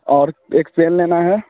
और एक पेन लेना है